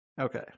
Okay